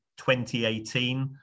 2018